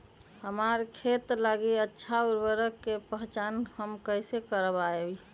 हमार खेत लागी अच्छा उर्वरक के पहचान हम कैसे करवाई?